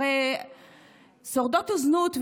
הרי שורדות זנות,